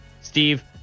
Steve